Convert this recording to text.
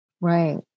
Right